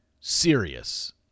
serious